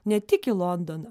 ne tik į londoną